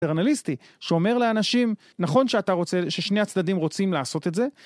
פטרנליסטי, שאומר לאנשים, נכון שאתה רוצה, ששני הצדדים רוצים לעשות את זה?